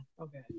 Okay